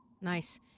nice